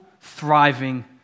thriving